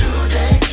Today